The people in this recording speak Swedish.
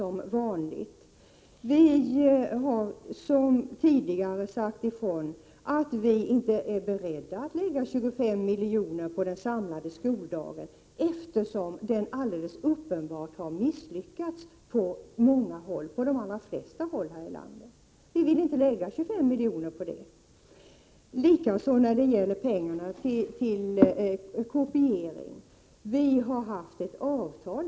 Vi har som tidigare sagt ifrån att vi inte är beredda att lägga 25 miljoner på den samlade skoldagen, eftersom den alldeles uppenbart har misslyckats på många håll — ja, på de allra flesta håll här i landet. Vi vill inte lägga 25 miljoner på det. Detsamma gäller pengarna till kopiering. Vi har haft ett avtal.